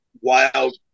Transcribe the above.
wild